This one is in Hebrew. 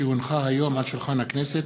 כי הונחה היום על שולחן הכנסת,